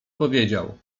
powiedział